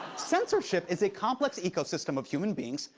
censorship is a complex ecosystem of human beings,